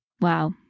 wow